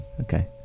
Okay